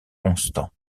constant